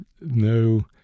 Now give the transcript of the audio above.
No